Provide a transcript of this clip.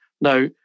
Now